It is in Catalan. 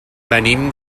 venim